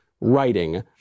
writing